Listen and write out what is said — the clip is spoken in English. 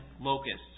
locusts